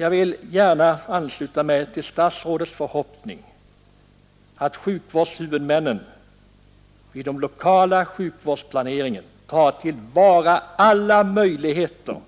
Jag vill gärna ansluta mig till statsrådets förhoppning att sjukvårdshuvudmännen vid den lokala sjukvårdsplaneringen tar till vara alla möjligheter